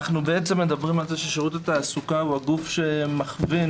שירות התעסוקה הוא הגוף שמכוון